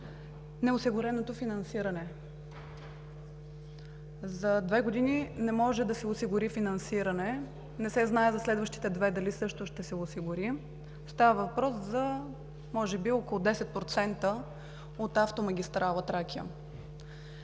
неосигуреното финансиране. За две години не може да се осигури финансиране, не се знае за следващите две дали също ще се осигури. Става въпрос за може би около 10% от автомагистрала „Тракия“.